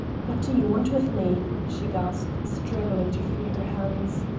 what do you want with me? she gasped, struggling to free her hands.